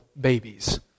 babies